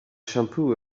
shampoo